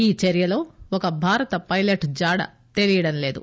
ఈ చర్చలో ఒక భారత పైలెట్ జాడ తెలియడం లేదు